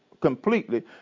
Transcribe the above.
completely